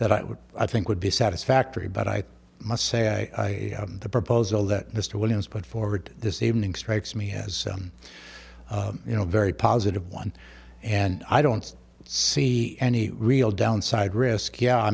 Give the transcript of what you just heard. that i would i think would be satisfactory but i must say i the proposal that mr williams put forward this evening strikes me as you know very positive one and i don't see any real downside risk yeah i